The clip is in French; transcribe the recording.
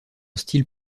style